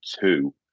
two